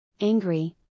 angry